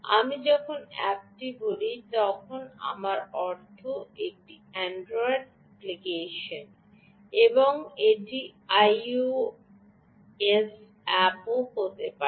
আমি যখন অ্যাপটি বলি তখন আমার অর্থ একটি অ্যান্ড্রয়েড অ্যাপ্লিকেশন বা এটি আইওএস অ্যাপও হতে পারে